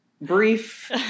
brief